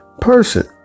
person